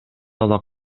ала